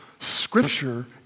Scripture